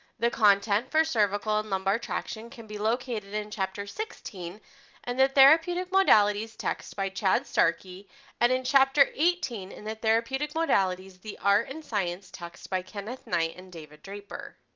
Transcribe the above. the content for cervical and lumbar traction can be located in chapter sixteen in the therapeutic modalities text by chad starkey and in chapter eighteen in the therapeutic modalities the art and science text by kenneth knight and david draper.